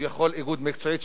כביכול איגוד מקצועי,